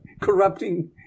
corrupting